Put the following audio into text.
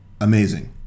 amazing